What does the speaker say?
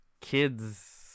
kids